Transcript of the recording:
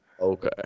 okay